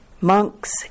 Monks